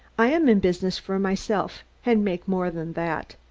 i am in business for myself, and make more than that.